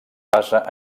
basa